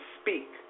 speak